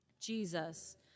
Jesus